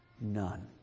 none